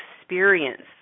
experience